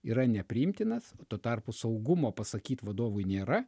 yra nepriimtinas tuo tarpu saugumo pasakyt vadovui nėra